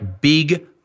big